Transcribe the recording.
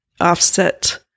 offset